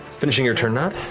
finishing your turn, nott.